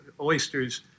Oysters